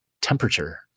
temperature